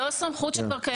זו סמכות שכבר קיימת.